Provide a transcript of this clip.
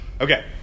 Okay